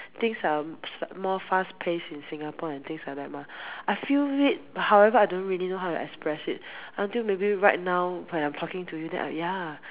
things are more fast paced in Singapore and things like that mah I feel it but however I don't really know how to express it until maybe right now when I talking to you then I ya